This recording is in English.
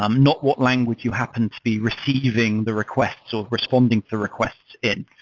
um not what language you happen to be receiving the requests or responding to the requests in.